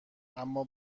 اما